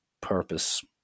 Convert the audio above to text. purpose